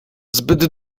zbyt